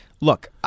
look